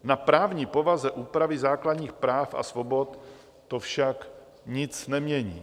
Na právní povaze úpravy základních práv a svobod to však nic nemění.